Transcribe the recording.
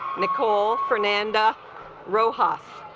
nicole fernanda rojas